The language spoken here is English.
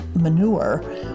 manure